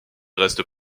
restent